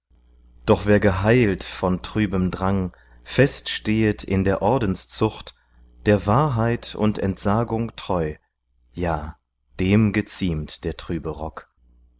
doch wer geheilt von trübem drang fest stehet in der ordenszucht der wahrheit und entsagung treu ja dem geziemt der trübe